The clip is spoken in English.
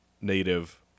native